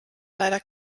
leider